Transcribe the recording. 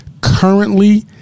currently